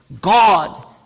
God